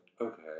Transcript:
okay